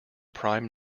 prime